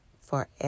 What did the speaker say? forever